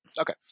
Okay